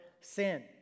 sin